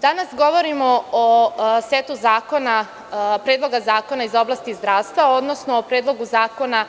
Danas govorimo o setu predloga zakona iz oblasti zdravstva, odnosno o Predlogu zakona